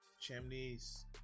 Chimneys